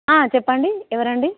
చెప్పండి ఎవరండి